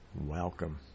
welcome